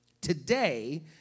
Today